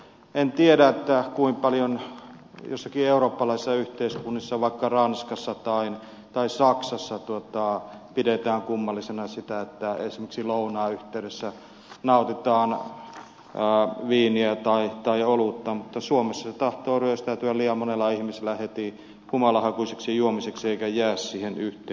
en tiedä kuinka paljon joissakin eurooppalaisissa yhteiskunnissa vaikka ranskassa tai saksassa pidetään kummallisena sitä että esimerkiksi lounaan yhteydessä nautitaan viiniä tai olutta mutta suomessa se tahtoo ryöstäytyä liian monella ihmisellä heti humalahakuiseksi juomiseksi eikä jää siihen yhteen